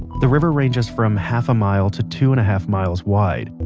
the river ranges from half a mile to two and a half miles wide,